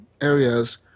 areas